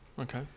Okay